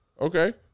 Okay